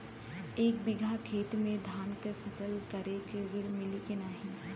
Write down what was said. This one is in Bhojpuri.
एक बिघा खेत मे धान के फसल करे के ऋण मिली की नाही?